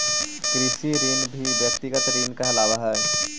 कृषि ऋण भी व्यक्तिगत ऋण कहलावऽ हई